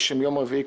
שביקשתי,